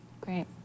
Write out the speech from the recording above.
Great